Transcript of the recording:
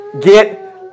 Get